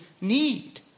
need